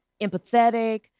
empathetic